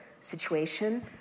situation